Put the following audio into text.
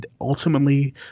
ultimately